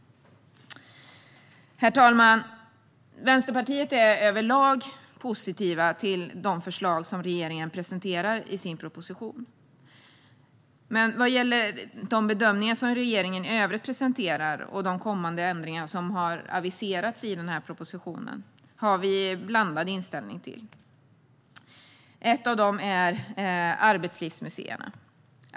Herr talman! Vänsterpartiet är överlag positivt till de förslag som regeringen presenterar i sin proposition. Men de bedömningar som regeringen i övrigt presenterar och de kommande ändringar som har aviserats i propositionen har vi en mer blandad inställning till. En av dessa gäller arbetslivsmuseerna.